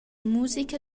musica